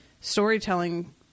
storytelling